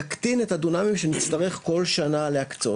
יקטין את הדונמים שנצטרך כל שנה להקצות.